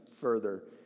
further